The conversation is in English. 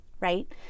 Right